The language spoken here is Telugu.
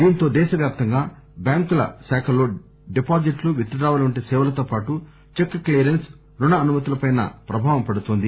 దీంతో దేశవ్యాప్తంగా బ్యాంకుల శాఖల్లో డిపాజిట్లు విత్ డ్రాయల్ వంటి సేవలతో పాటు చెక్ క్ణియరెన్స్ రుణ అనుమతులపై ప్రభావం పడుతోంది